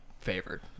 favored